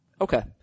Okay